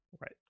Right